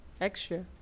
extra